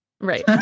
right